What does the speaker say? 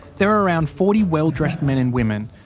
there are around forty well dressed men and women,